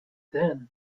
then